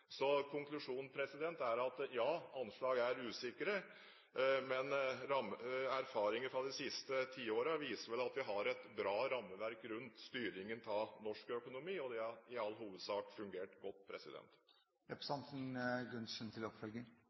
Så konklusjonen er at ja, anslag er usikre, men erfaringer fra de siste ti årene viser at vi har et bra rammeverk rundt styringen av norsk økonomi, og det har i all hovedsak fungert godt.